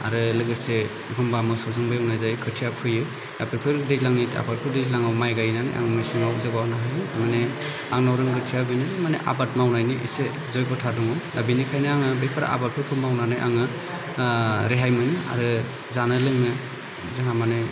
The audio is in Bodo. आरो लोगोसे एखनबा मोसौजोंबो एवनाय जायो खोथिया फोयो आरो बेफोर दैज्लांनि आबादखौ दैज्लाङाव माइ गायनानै आङो मेसेङाव माने आंनाव रोंगथिया बेनो जे माने आबाद मावनायनि एसे जग्यता दङ दा बिनिखायनो आङो बेफोर आबादफोरखौ मावनानै आङो रेहाय मोनो आरो जानो लोंनो जाहा माने